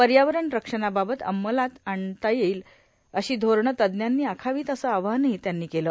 पर्यावरण रक्षणाबाबत अंमलात आणता येतील अशी धोरणं तज्ज्ञांनी आखावीत असं आवाहनही त्यांनी केलं